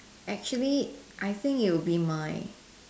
actually I think it will be my